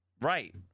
Right